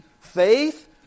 faith